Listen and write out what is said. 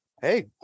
Hey